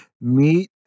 meet